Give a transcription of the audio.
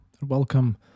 Welcome